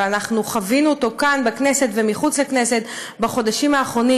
ואנחנו חווינו אותו כאן בכנסת ומחוץ לכנסת בחודשים האחרונים.